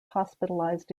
hospitalized